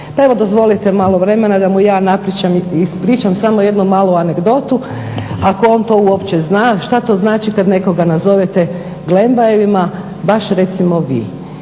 Pa evo dozvolite malo vremena da mu ja ispričam samo jednu malu anegdotu ako on to uopće zna šta to znači kad nekoga nazovete Glembajevima baš recimo vi.